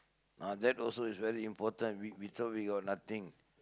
ah that also is very important we we thought we got nothing